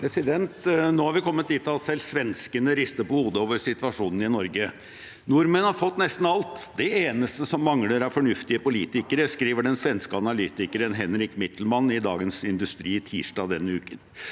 Nå har vi kom- met dit at selv svenskene rister på hodet over situasjonen i Norge: Nordmenn har fått nesten alt. Det eneste som mangler, er fornuftige politikere, skriver den svenske analytikeren Henrik Mitelman i Dagens industri tirsdag denne uken.